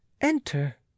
enter